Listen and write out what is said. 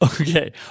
okay